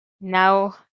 Now